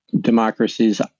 democracies